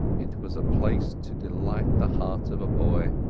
it was a place to delight the heart of a boy,